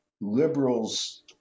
liberals